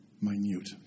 minute